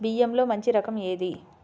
బియ్యంలో మంచి రకం ఏది?